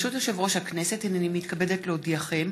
ברשות יושב-ראש הכנסת, הינני מתכבדת להודיעכם,